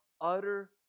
utter